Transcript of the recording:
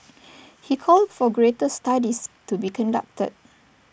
he called for greater studies to be conducted